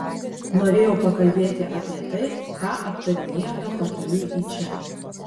norėjau pakalbėti apie tai ką aptarinėjome pakeliui į čia